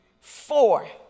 four